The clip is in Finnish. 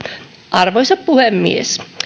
arvoisa puhemies